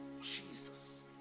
Jesus